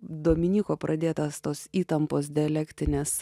dominyko pradėtas tos įtampos dialektinės